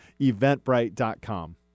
eventbrite.com